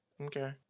Okay